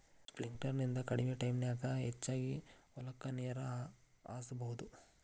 sprinkler ನಿಂದ ಕಡಮಿ ಟೈಮನ್ಯಾಗ ಹೆಚಗಿ ಹೊಲಕ್ಕ ನೇರ ಹಾಸಬಹುದು